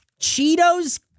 Cheetos